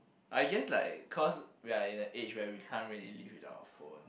I guess like cause we are in an age when we can't really live without a phone